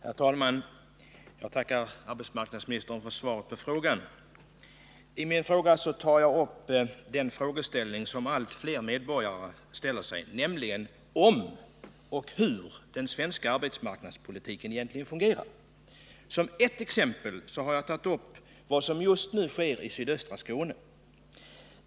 Herr talman! Jag tackar arbetsmarknadsministern för svaret. Jag har tagit upp en fråga som allt fler medborgare ställer sig, nämligen om och hur den svenska arbetsmarknadspolitiken egentligen fungerar. Som ett exempel har jag tagit upp vad som just nu sker i sydöstra Skåne.